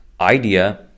idea